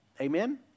Amen